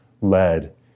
led